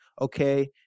okay